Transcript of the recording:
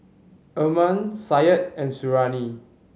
Iman Said and Suriani